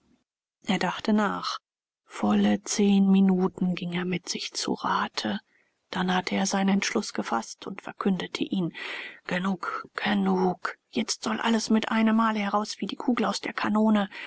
er dachte nach volle zehn minuten ging er mit sich zu rate dann hatte er seinen entschluß gefaßt und verkündete ihn genug genug jetzt soll alles mit einemmal heraus wie die kugel aus der kanone